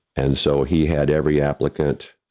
and so, he had every applicant,